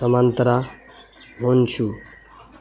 سمنترا گونشو